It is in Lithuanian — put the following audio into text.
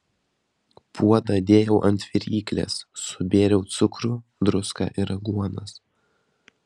puodą dėjau ant viryklės subėriau cukrų druską ir aguonas